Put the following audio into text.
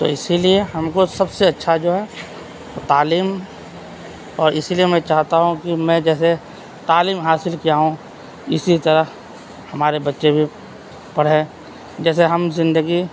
تو اسی لیے ہم کو سب سے اچھا جو ہے تعلیم اور اسی لیے میں چاہتا ہوں کہ میں جیسے تعلیم حاصل کیا ہوں اسی طرح ہمارے بچے بھی پڑھے جیسے ہم زندگی